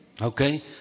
Okay